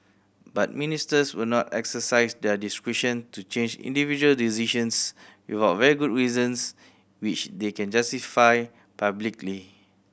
but Ministers will not exercise their discretion to change individual decisions without very good reasons which they can justify publicly